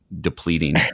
depleting